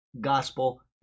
gospel